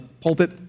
pulpit